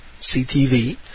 CTV